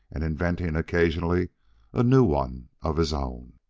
and inventing occasionally a new one of his own.